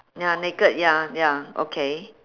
ya naked ya ya okay